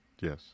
yes